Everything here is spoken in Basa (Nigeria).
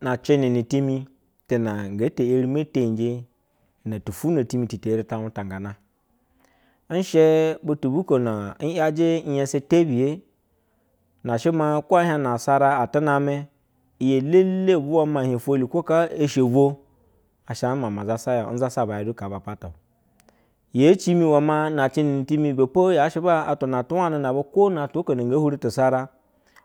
Na cemene timeti tuna nge eri me tenje tu funo temi etete eri ta utangata nshɛ butu buko na nyajɛ nyese tebiya nnashe leo ehie na asara atename, iyi elele vula ma ifehi name iyi elele vwa ma ifule kaa eshe vo g sha mama zasa ya nzabayr du kaba puta yacima we ma nalene ni time ibo yashe ba atwa ga wane na uba ko na atwa oko na nge huri tusara,